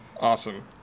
Awesome